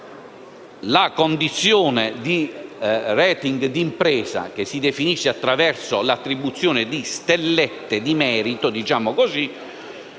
la condizione di *rating* di impresa, che si definisce attraverso l'attribuzione di stellette di merito, è da